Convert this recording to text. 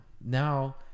Now